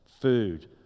food